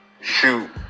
shoot